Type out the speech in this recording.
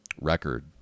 record